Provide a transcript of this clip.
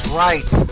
right